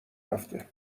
رفته